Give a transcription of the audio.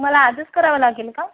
मला आजच करावं लागेल का